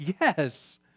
yes